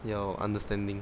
要 understanding